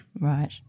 Right